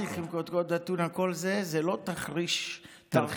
התאריך עם קודקוד אתונה, כל זה לא תרחיש דמיוני.